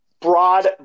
broad